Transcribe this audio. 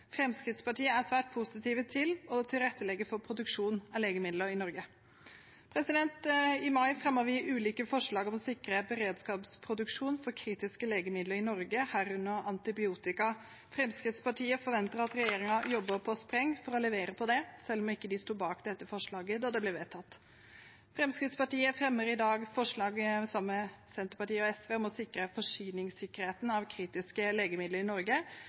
Fremskrittspartiet er svært positiv til å tilrettelegge for produksjon av legemidler i Norge. I mai fremmet vi ulike forslag om å sikre beredskapsproduksjon for kritiske legemidler i Norge, herunder antibiotika. Fremskrittspartiet forventer at regjeringen jobber på spreng for å levere på det, selv om de ikke sto bak dette forslaget da det ble vedtatt. Fremskrittspartiet fremmer i dag forslag sammen med Senterpartiet og SV om å sikre forsyningssikkerheten av kritiske legemidler i Norge